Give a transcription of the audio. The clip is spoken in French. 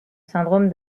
syndrome